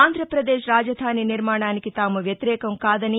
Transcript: ఆంధ్రప్రదేశ్ రాజధాని నిర్మాణానికి తాము వ్యతిరేకం కాదని